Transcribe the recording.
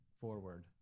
forward